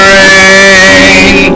rain